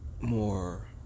More